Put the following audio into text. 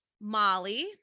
Molly